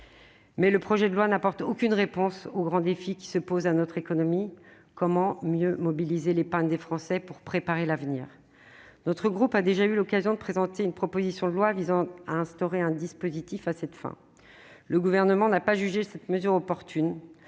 Mais le projet de loi n'apporte aucune réponse au grand défi qui se pose à notre économie : comment mieux mobiliser l'épargne des Français pour préparer l'avenir ? Notre groupe a déjà eu l'occasion de présenter une proposition de loi visant à instaurer un dispositif à cette fin, mais le Gouvernement n'a pas jugé cette mesure opportune.